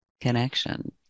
connection